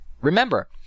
remember